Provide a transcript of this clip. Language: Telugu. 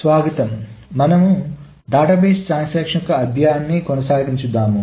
స్వాగతం మనము డేటాబేస్ ట్రాన్సాక్షన్ యొక్క అధ్యయనాన్ని కొనసాగించుదాము